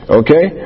okay